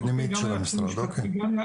פנימית של המשרד, אוקיי.